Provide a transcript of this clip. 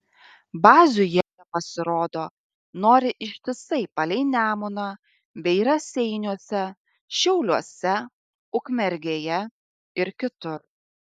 bazių jie pasirodo nori ištisai palei nemuną bei raseiniuose šiauliuose ukmergėje ir kitur